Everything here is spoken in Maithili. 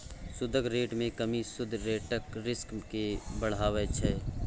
सुदक रेट मे कमी सुद रेटक रिस्क केँ बढ़ाबै छै